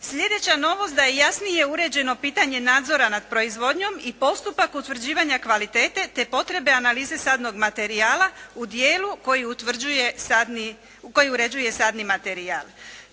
Slijedeća novost da je jasnije uređeno pitanje nadzora nad proizvodnjom i postupak utvrđivanja kvalitete, te potrebe analize sadnog materijala u dijelu koji uređuje sadni materijal.